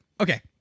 Okay